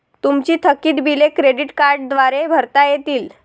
तुमची थकीत बिले क्रेडिट कार्डद्वारे भरता येतील